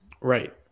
right